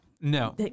No